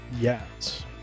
Yes